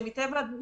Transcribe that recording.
מטבע הדברים,